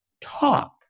talk